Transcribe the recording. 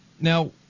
Now